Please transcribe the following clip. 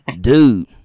Dude